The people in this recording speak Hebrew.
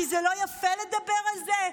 כי זה לא יפה לדבר על זה?